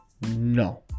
No